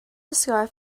scarf